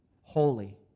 holy